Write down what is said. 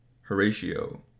Horatio